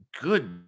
good